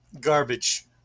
Garbage